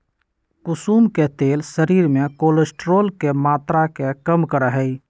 कुसुम के तेल शरीर में कोलेस्ट्रोल के मात्रा के कम करा हई